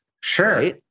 Sure